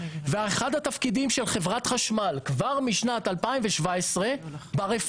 ואחד התפקידים של חברת חשמל כבר משנת 2017 ברפורמה,